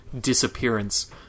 disappearance